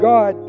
God